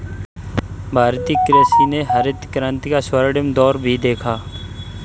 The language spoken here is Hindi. भारतीय कृषि ने हरित क्रांति का स्वर्णिम दौर भी देखा